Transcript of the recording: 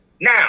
Now